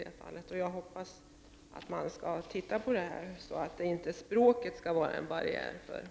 Jag hoppas att körkortsprovet skall ses över för att språket inte skall bli en barriär när det gäller att kunna ta körkort.